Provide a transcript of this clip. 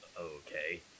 okay